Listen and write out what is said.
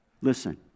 Listen